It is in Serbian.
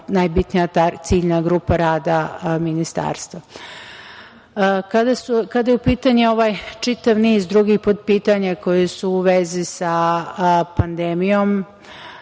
najbitnija ciljna grupa rada ministarstva. Kada je u pitanju ovaj čitav niz drugih podpitanja koji su u vezi sa pandemijom,